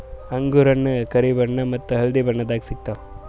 ಅಂಗೂರ್ ಹಣ್ಣ್ ಕರಿ ಬಣ್ಣ ಮತ್ತ್ ಹಳ್ದಿ ಬಣ್ಣದಾಗ್ ಸಿಗ್ತವ್